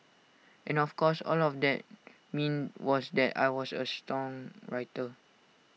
and of course all that meant was that I was A songwriter